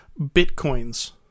Bitcoin's